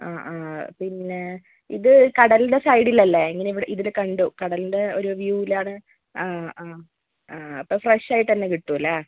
ആ ആ പിന്നെ ഇത് കടലിന്റെ സൈഡിലല്ലേ ഇങ്ങനെ ഇവിടെ ഇതിൽ കണ്ടു കടലിന്റെ ഒരു വ്യൂവിലാണ് ആ ആ അപ്പോൾ ഫ്രഷ് ആയിട്ടുതന്നെ കിട്ടും അല്ലേ